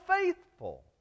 faithful